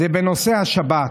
זה בנושא השבת.